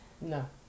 No